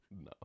No